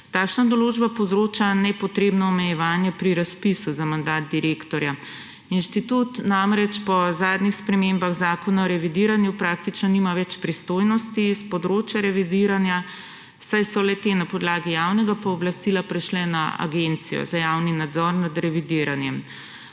Takšna določba povzroča nepotrebno omejevanje pri razpisu za mandat direktorja. Inštitut namreč po zadnjih spremembah Zakona o revidiranju praktično nima več pristojnosti s področja revidiranja, saj so le te na podlagi javnega pooblastila prešle na Agencijo za javni nadzor nad revidiranjem.